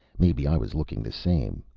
maybe i was looking the same.